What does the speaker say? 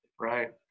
Right